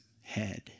head